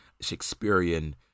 Shakespearean